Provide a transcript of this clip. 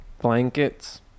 Blankets